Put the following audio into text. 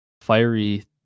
fiery